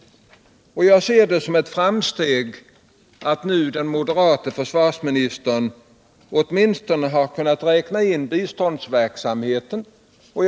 Och jag ser det som ett framsteg att den. moderate försvarsministern nu åtminstone kunnat räkna in biståndsverksamheten här som ett led i säkerhetspolitiken.